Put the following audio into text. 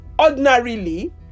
ordinarily